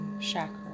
Chakra